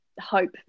hope